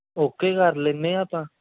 okay ਕਰ ਲੈਂਦੇ ਹਾਂ ਆਪਾਂ